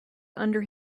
under